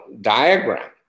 diagram